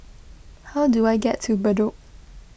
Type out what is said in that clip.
how do I get to Bedok